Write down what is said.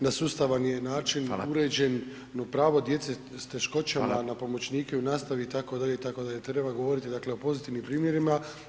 Na sustavan je način uređeno [[Upadica: Hvala.]] pravo djece s djecom s teškoćama [[Upadica: Hvala.]] na pomoćnike u nastavi, itd., itd., treba govoriti dakle o pozitivnim primjerima.